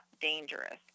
dangerous